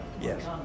yes